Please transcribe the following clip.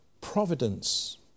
providence